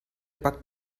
backt